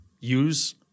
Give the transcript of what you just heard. use